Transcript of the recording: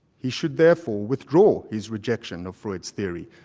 he should therefore withdraw his rejection of freud's theory.